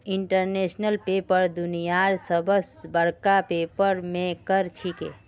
international paper दुनियार सबस बडका पेपर मेकर छिके